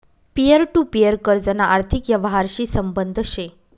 peer to peer कर्जना आर्थिक यवहारशी संबंध शे